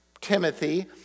Timothy